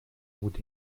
بوده